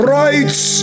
rights